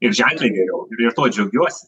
ir ženkliai geriau dėl to džiaugiuosi